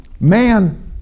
man